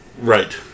Right